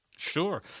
Sure